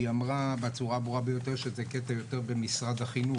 שהיא אמרה בצורה הברורה ביותר שזה קטע יותר במשרד החינוך.